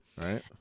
Right